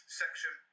section